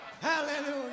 Hallelujah